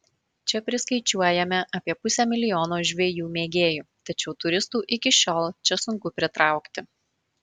čia priskaičiuojame apie pusę milijono žvejų mėgėjų tačiau turistų iki šiol čia sunku pritraukti